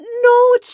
no